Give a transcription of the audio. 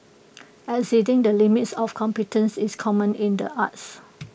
exceeding the limits of competence is common in the arts